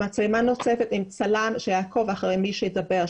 מצלמה נוספת עם צלם שיעקוב אחרי מי שמדבר,